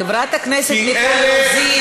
חברת הכנסת מיכל רוזין,